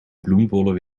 bloembollen